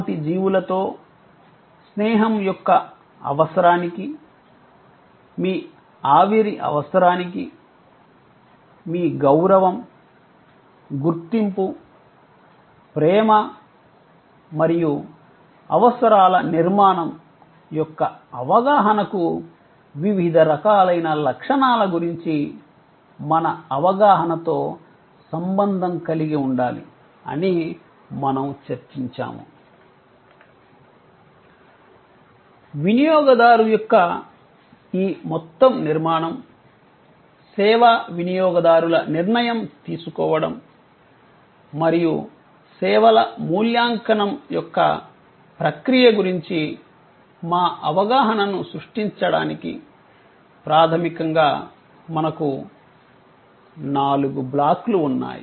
తోటి జీవులతో స్నేహం యొక్క అవసరానికి మీ ఆవిరి అవసరానికి మీ గౌరవం గుర్తింపు ప్రేమ మరియు అవసరాల నిర్మాణం యొక్క అవగాహనకు వివిధ రకాలైన లక్షణాల గురించి మన అవగాహనతో సంబంధం కలిగి ఉండాలి అని మనము చర్చించాము వినియోగదారు యొక్క ఈ మొత్తం నిర్మాణం సేవా వినియోగదారుల నిర్ణయం తీసుకోవడం మరియు సేవల మూల్యాంకనం యొక్క ప్రక్రియ గురించి మా అవగాహనను సృష్టించడానికి ప్రాథమికంగా మనకు నాలుగు బ్లాక్లు ఉన్నాయి